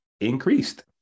increased